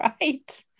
Right